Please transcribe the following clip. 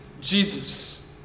Jesus